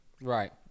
Right